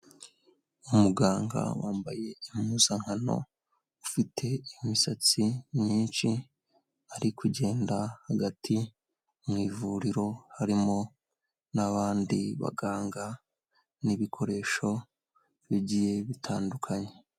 Umuganga wambaye impuzankano ufite imisatsi myinshi ari kugenda hagati mu ivuriro harimo n'abandi baganga n'ibikoresho bigiye bitandukanye.